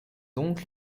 donc